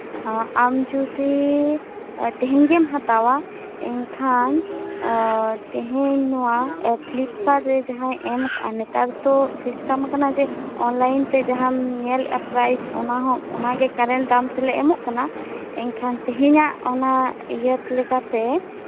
ᱟᱢ ᱡᱚᱫᱤ ᱛᱮᱦᱤᱧ ᱜᱮᱢ ᱦᱟᱛᱟᱣᱟ ᱮᱱᱠᱷᱟᱱ ᱛᱮᱦᱤᱧ ᱱᱚᱣᱟ ᱯᱷᱤᱞᱤᱯᱠᱟᱨᱴ ᱨᱮ ᱡᱟᱸᱦᱟ ᱮᱢ ᱠᱟᱜ ᱟᱭ ᱱᱮᱛᱟᱨ ᱛᱚ ᱥᱤᱥᱴᱮᱢ ᱠᱟᱱᱟ ᱡᱮ ᱚᱱᱞᱟᱭᱤᱱ ᱛᱮ ᱡᱟᱸᱦᱟᱢ ᱧᱮᱞ ᱮᱜᱼᱟ ᱯᱨᱟᱭᱤᱥ ᱚᱱᱟ ᱦᱟᱜ ᱚᱱᱟᱜᱮ ᱠᱟᱨᱮᱱᱴ ᱫᱟᱢ ᱛᱮᱞᱮ ᱮᱢᱚᱜ ᱠᱟᱱᱟ ᱮᱱᱠᱷᱱ ᱛᱮᱦᱤᱧᱟᱜ ᱚᱱᱟ ᱯᱷᱤᱞᱤᱯᱠᱟᱨᱴ ᱯᱮ